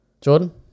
Jordan